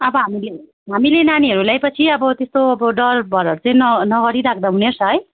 अब हामीले हामीले नानीहरू ल्याएपछि अब त्यस्तो अब डरभरहरू चाहिँ न नगरी राख्दा हुनेछ है